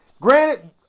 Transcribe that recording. Granted